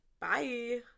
Bye